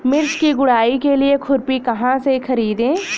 मिर्च की गुड़ाई के लिए खुरपी कहाँ से ख़रीदे?